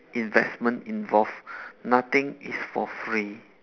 investment involved nothing is for free